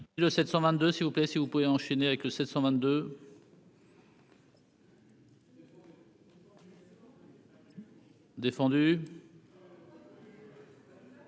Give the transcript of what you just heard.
Le 722 s'il vous plaît, si vous pouvez enchaîner avec le 722. Nouvelles